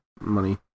money